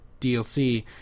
DLC